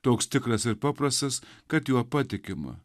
toks tikras ir paprastas kad juo patikima